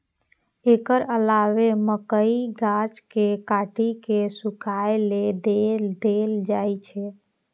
एकर अलावे मकइक गाछ कें काटि कें सूखय लेल दए देल जाइ छै